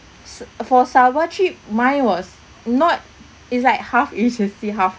s~ for sabah trip mine was not it's like half agency half